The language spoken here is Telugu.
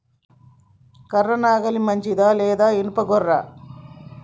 కర్ర నాగలి మంచిదా లేదా? ఇనుప గొర్ర?